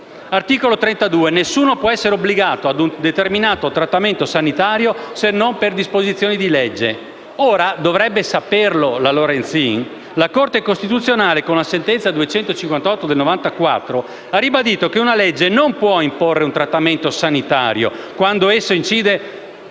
Costituzione: «Nessuno può essere obbligato ad un determinato trattamento sanitario se non per disposizioni di legge». Come dovrebbe sapere la ministra Lorenzin, la Corte costituzionale, con la sentenza n. 258 del 1994, ha ribadito che una legge non può imporre un trattamento sanitario quando esso incide